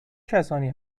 کسانی